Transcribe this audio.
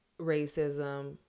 racism